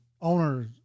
owner's